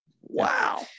Wow